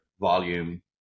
volume